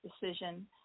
decision